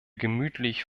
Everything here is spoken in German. gemütlich